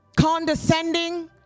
condescending